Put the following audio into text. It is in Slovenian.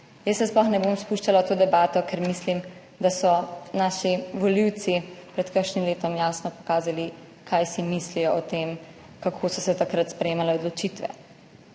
kaj ne. Sploh se ne bom spuščala v to debato, ker mislim, da so naši volivci pred kakšnim letom jasno pokazali, kaj si mislijo o tem, kako so se takrat sprejemale odločitve.